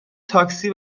تاکسی